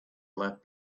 left